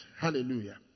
Hallelujah